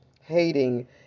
hating